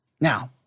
Now